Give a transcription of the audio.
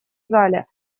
зале